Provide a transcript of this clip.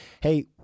hey